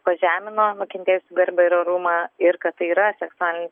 pažemino nukentėjusiųjų garbę ir orumą ir kad tai yra seksualinis